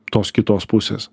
tos kitos pusės